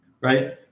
Right